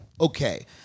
okay